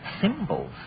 symbols